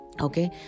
okay